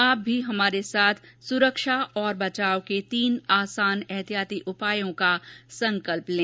आप भी हमारे साथ सुरक्षा और बचाव के तीन आसान एहतियाती उपायों का संकल्प लें